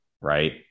right